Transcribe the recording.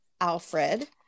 Alfred